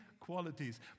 qualities